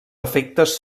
efectes